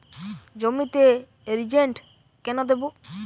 জমিতে রিজেন্ট কেন দেবো?